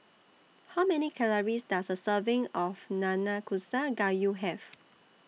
How Many Calories Does A Serving of Nanakusa Gayu Have